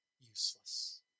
useless